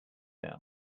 down